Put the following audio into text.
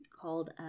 called